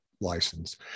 license